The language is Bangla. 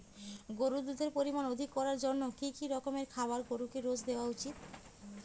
গরুর দুধের পরিমান অধিক করার জন্য কি কি রকমের খাবার গরুকে রোজ দেওয়া উচিৎ?